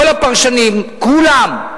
כל הפרשנים, כולם,